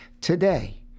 today